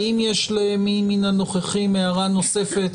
האם יש למי מן הנוכחים הערה נוספת,